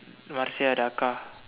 Marsia Darka